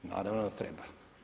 Naravno da treba.